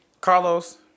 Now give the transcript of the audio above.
Carlos